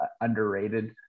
underrated